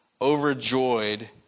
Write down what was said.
overjoyed